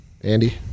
Andy